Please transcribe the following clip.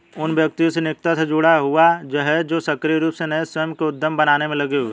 उन व्यक्तियों से निकटता से जुड़ा हुआ है जो सक्रिय रूप से नए स्वयं के उद्यम बनाने में लगे हुए हैं